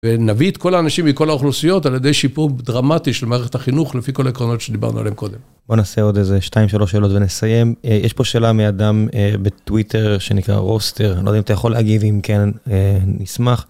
ונביא את כל האנשים מכל האוכלוסיות על ידי שיפור דרמטי של מערכת החינוך לפי כל העקרונות שדיברנו עליהם קודם. בוא נעשה עוד איזה 2-3 שאלות ונסיים. יש פה שאלה מאדם בטוויטר שנקרא רוסטר, אני לא יודע אם אתה יכול להגיב אם כן נשמח.